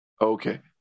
Okay